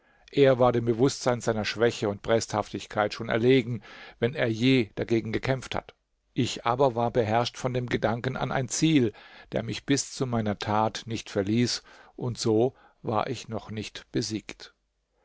er war dem bewußtsein seiner schwäche und bresthaftigkeit schon erlegen wenn er je dagegen gekämpft hat ich aber war beherrscht von dem gedanken an ein ziel der mich bis zu meiner tat nicht verließ und so war ich noch nicht besiegt